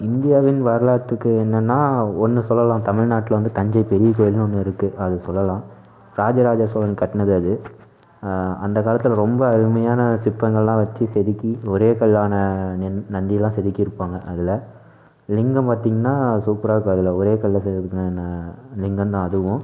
இந்தியாவின் வரலாற்றுக்கு என்னென்னால் ஒன்று சொல்லலாம் தமிழ்நாட்டில் வந்து தஞ்சைப் பெரிய கோயில்னு ஒன்று இருக்குது அதை சொலலலாம் ராஜராஜசோழன் கட்டினது அது அந்தக் காலத்தில் ரொம்ப அருமையான சிற்பங்களெல்லாம் வச்சு செதுக்கி ஒரே கல்லான நந்தியெல்லாம் செதுக்கி இருப்பாங்க அதில் லிங்கம் பார்த்தீங்னா அது சூப்பராக இருக்கும் அதில் ஒரே கல்லில் செதுக்கின லிங்கம்தான் அதுவும்